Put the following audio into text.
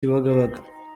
kibagabaga